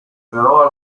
però